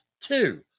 Two